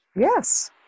Yes